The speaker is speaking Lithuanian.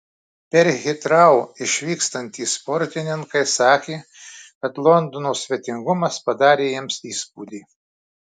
per hitrou išvykstantys sportininkai sakė kad londono svetingumas padarė jiems įspūdį